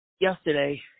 yesterday